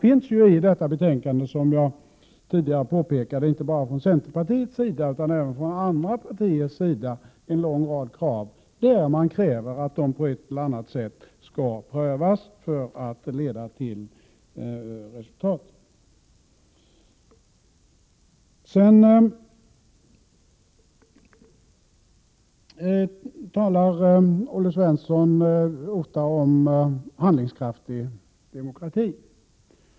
I detta betänkande finns ju, som jag påpekade tidigare, inte bara från centerpartiet utan även från andra partier, en lång rad förslag, vilka man kräver skall prövas på ett eller annat sätt för att de skall leda till resultat. Olle Svensson talar ofta om handlingskraftig demokrati.